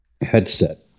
headset